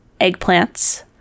eggplants